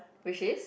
which is